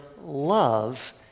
love